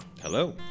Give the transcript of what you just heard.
Hello